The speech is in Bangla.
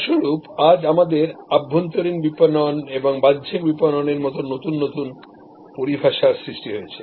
ফলস্বরূপ আজ আমাদের অভ্যন্তরীণ বিপণন এবং বাহ্যিক বিপণনের মতো নতুন নতুন পরিভাষার সৃষ্টি হয়েছে